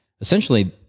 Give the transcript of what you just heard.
essentially